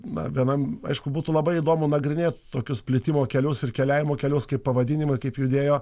na vienam aišku būtų labai įdomu nagrinėt tokius plitimo kelius ir keliavimo kelius kaip pavadinimai kaip judėjo